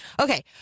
Okay